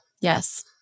Yes